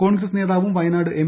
കോൺഗ്രസ് നേതാവും വയനാട് എം